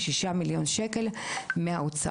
ו- 6 מיליון שקל מהאוצר.